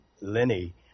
Lenny